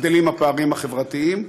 גדלים הפערים החברתיים,